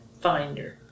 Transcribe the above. Finder